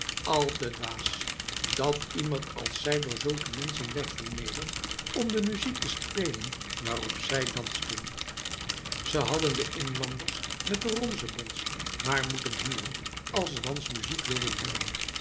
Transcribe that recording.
al te dwaas dat iemand als zij door zulke mensen werd vernederd om de muziek te spelen waarop zij dansten ze hadden de inlanders met de ronzebons maar moeten huren als ze dansmuziek wilden hebben